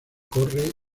corre